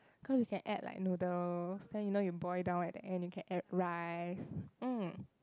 cause you can add like noodles then you know boil down at the end you can add rice mm